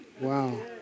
wow